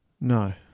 no